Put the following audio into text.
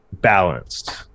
balanced